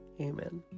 Amen